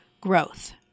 growth